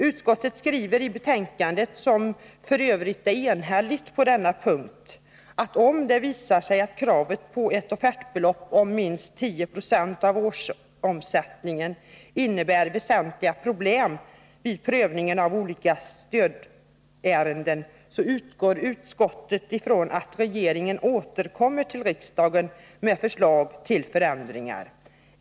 Utskottet skriver i betänkandet, som f. ö. på denna punkt är enhälligt, att om det visar sig att kravet på ett offertbelopp på minst 1096 av årsomsättningen innebär väsentliga problem vid prövningen av olika stödärenden, utgår utskottet ifrån att regeringen återkommer till riksdagen med förslag till förändringar.